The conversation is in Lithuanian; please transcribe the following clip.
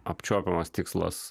apčiuopiamas tikslas